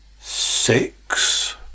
Six